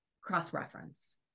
cross-reference